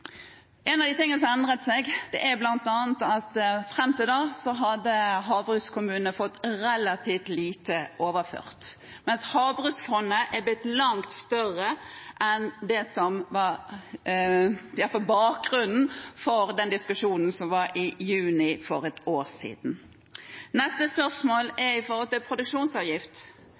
En av de tingene som har endret seg, er bl.a. at fram til da hadde havbrukskommunene fått relativt lite overført, mens Havbruksfondet er blitt langt større enn det som var bakgrunnen for diskusjonen i juni for ett år siden. Neste spørsmål gjaldt produksjonsavgift. Der har Arbeiderpartiet vært tydelig og sagt ja, vi er for å utrede en produksjonsavgift.